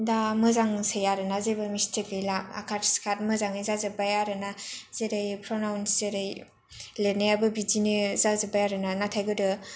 दा मोजांसै आरो ना जेबो मिस्टेक गैला आखार सिखार मोजाङै जाजोब्बाय आरो ना जेरै प्रनाउन्स जेरै लिरनायाबो बिदिनो जाजोब्बाय आरो ना नाथाय गोदो